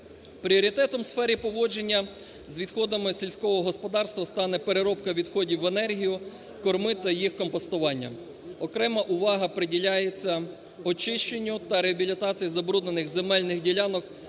Пріоритетом в сфері поводження з відходами сільського господарства стане переробка відходів в енергію, корми та їх компостування. Окрема увага приділяється очищенню та реабілітації забруднених земельних ділянок